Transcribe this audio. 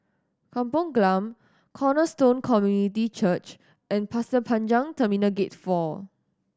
Kampung Glam Cornerstone Community Church and Pasir Panjang Terminal Gate Four